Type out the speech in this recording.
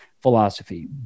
philosophy